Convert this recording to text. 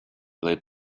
led